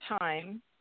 time